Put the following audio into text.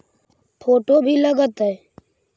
Photo भी लग तै?